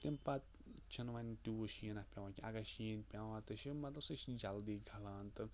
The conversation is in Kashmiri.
تمہِ پَتہٕ چھِنہٕ وۄنۍ تیوٗت شیٖناہ پیٚوان کیٚنٛہہ اَگَر شیٖن پیٚوان تہٕ چھِ مطلب سُہ چھِ جلدی گَلان تہٕ